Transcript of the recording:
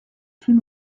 plus